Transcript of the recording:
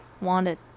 wanted